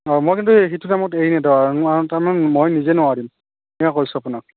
অ মই কিন্তু সেইটো টাইমত মই নিজে নোৱাৰিম আপোনাক